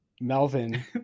Melvin